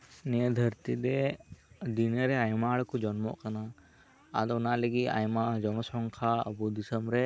ᱱᱤᱭᱟᱹ ᱫᱷᱟᱹᱨᱛᱤ ᱨᱮ ᱫᱤᱱᱮ ᱨᱮ ᱟᱭᱢᱟ ᱦᱚᱲ ᱠᱚ ᱡᱚᱱᱢᱚᱜ ᱠᱟᱱᱟ ᱟᱫᱚ ᱚᱱᱟ ᱞᱟᱹᱜᱤᱫ ᱟᱭᱢᱟ ᱡᱚᱱᱚ ᱥᱚᱝᱠᱷᱟ ᱟᱵᱚ ᱫᱤᱥᱚᱢ ᱨᱮ